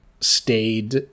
stayed